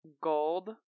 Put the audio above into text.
gold